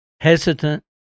hesitant